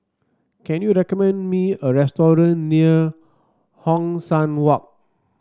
can you recommend me a restaurant near Hong San Walk